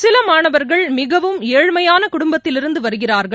சிலமாணவர்கள் மிகவும் ஏழ்மையானகுடுப்பத்திலிருந்துவருகிறார்கள்